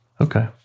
Okay